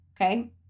okay